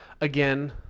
again